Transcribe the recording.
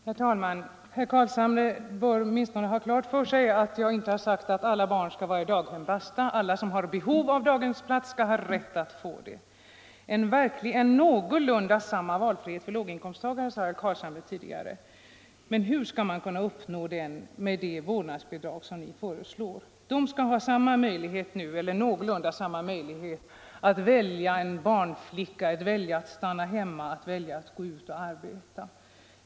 Herr talman! Herr Carlshamre bör åtminstone ha klart för sig att jag inte har sagt att alla barn skall vara i daghem — basta! Jag har sagt att alla som har behov av daghemsplats skall ha rätt att få sådan. Det skall vara någorlunda samma valfrihet för låginkomsttagare, sade herr Carlshamre tidigare. Men hur skall man kunna uppnå det med det vårdnadsbidrag som ni föreslår? De skall ha någorlunda samma möjlighet att välja att skaffa en barnflicka, att välja att stanna hemma, att välja att gå ut och arbeta.